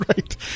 right